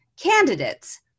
candidates